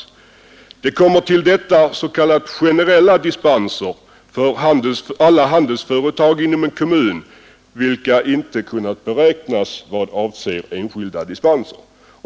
Här tillkommer s.k. generella dispenser för alla handelsföretag inom en kommun, vilka inte kunnat räknas då de gäller enskilda dispenser.